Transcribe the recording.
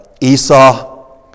Esau